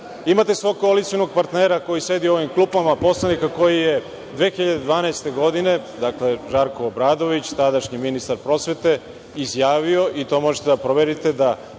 svog koalicionog partnera koji sedi u ovim klupama, poslanika koji je 2012. godine, dakle, Žarko Obradović, tadašnji ministar prosvete, izjavio, i to možete da proverite, da